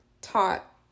taught